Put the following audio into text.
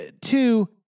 Two